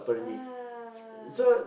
ah